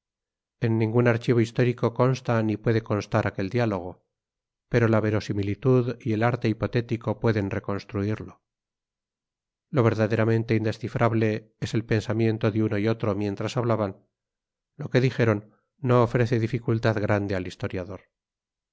en ningún archivo histórico consta ni puede constar aquel diálogo pero la verosimilitud y el arte hipotético pueden reconstruirlo lo verdaderamente indescifrable es el pensamiento de uno y otro mientras hablaban lo que dijeron no ofrece dificultad grande al historiador